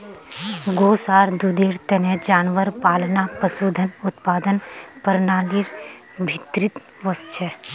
गोस आर दूधेर तने जानवर पालना पशुधन उत्पादन प्रणालीर भीतरीत वस छे